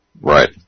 Right